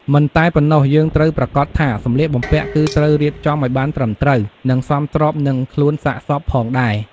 មិនតែប៉ុណោះយើងត្រូវប្រាកដថាសម្លៀកបំពាក់គឺត្រូវរៀបចំឱ្យបានត្រឹមត្រូវ និងសមស្របនឹងខ្លួនសាកសពផងដែរ។